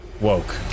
woke